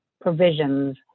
provisions